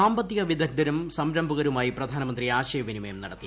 സാമ്പത്തിക വിദഗ്ധരും സംരംഭകരുമായി പ്രധാനമന്ത്രി ആശയവിനിമയം നടത്തി